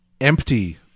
empty